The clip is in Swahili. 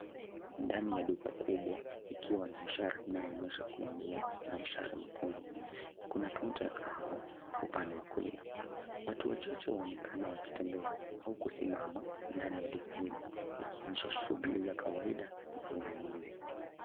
Ndani ya duka kubwa, ikiwa na ishara inayoonyesha kuingia na mshale mwekundu, kuna counter ya kahawa upande wa kulia. Watu wachache waonekana wakitembea au kusimama ndani ya duka hilo ikionyesha shughuli za kawaida za ununuzi.